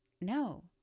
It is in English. No